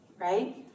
right